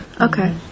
okay